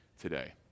today